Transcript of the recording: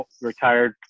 retired